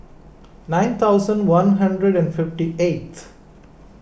nine thousand one hundred and fifty eighth